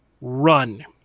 run